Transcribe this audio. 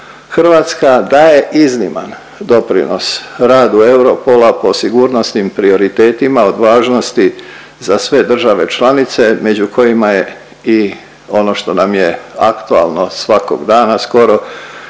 Hrvatska daje izniman doprinos radu Europola po sigurnosnim prioritetima od važnosti za sve države članice među kojima je i ono što nam je aktualno svakog dana skoro